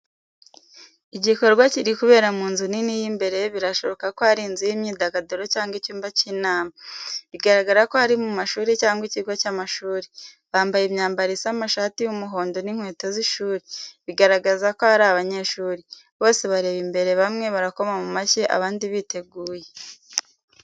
Igikorwa kiri kubera mu nzu nini y’imbere birashoboka ko ari inzu y’imyidagaduro cyangwa icyumba cy’inama, bigaragara ko ari mu ishuri cyangwa ikigo cy’amashuri. Bambaye imyambaro isa amashati y’umuhondo n’inkweto z’ishuri, bikagaragaza ko ari abanyeshuri. Bose bareba imbere bamwe barakoma mu mashyi, abandi biteguye.